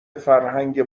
فرهنگ